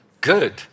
Good